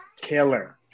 killer